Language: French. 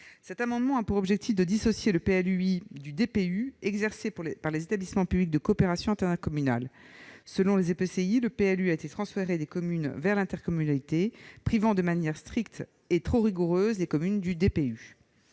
Cet amendement a pour objet de dissocier le PLUI du DPU exercé par les établissements publics de coopération intercommunale. Dans certains EPCI, le PLU a été transféré des communes vers l'intercommunalité, privant de manière stricte et trop rigoureuse les communes du DPU.